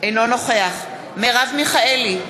אינו נוכח מרב מיכאלי,